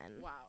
wow